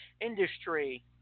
industry